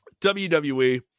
WWE